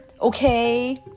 Okay